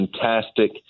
fantastic